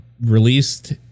released